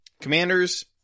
Commanders